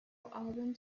album